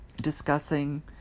discussing